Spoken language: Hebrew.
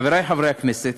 חברי חברי הכנסת,